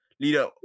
leader